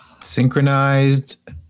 Synchronized